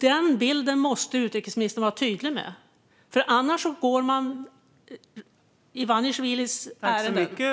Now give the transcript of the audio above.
Denna bild måste utrikesministern vara tydlig med, för annars går hon Ivanisjvilis ärenden.